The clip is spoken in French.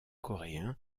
coréen